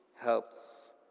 helps